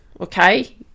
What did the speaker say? okay